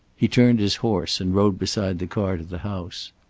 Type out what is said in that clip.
he turned his horse and rode beside the car to the house.